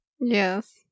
Yes